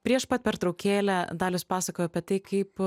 prieš pat pertraukėlę dalius pasakojo apie tai kaip